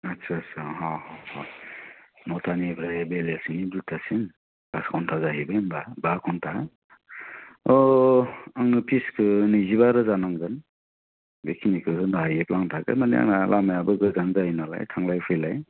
आथसा आथसा अह अह न'टानिफ्राय बेलासिनि दुथासिम फास घन्टा जाहैबाय होमबा बा घन्टा अह आंनो फिसखो नैजिबा रोजा नांगोन बेखिनिखौ होनो हायोब्ला आं थागोन मानि आंना लामायाबो गोजान जायो नालाय थांलाय फैलाय